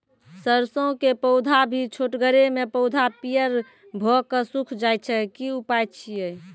सरसों के पौधा भी छोटगरे मे पौधा पीयर भो कऽ सूख जाय छै, की उपाय छियै?